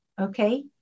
Okay